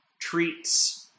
treats